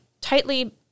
tightly